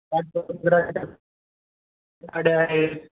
काठ पदर साड्या आहेत